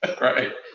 Right